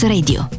Radio